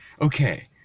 okay